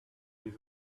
his